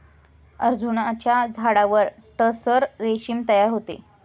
अर्जुनाच्या झाडावर टसर रेशीम तयार होते